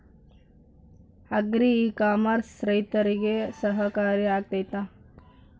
Agri e commerce ರೈತರಿಗೆ ಸಹಕಾರಿ ಆಗ್ತೈತಾ?